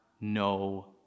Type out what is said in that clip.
no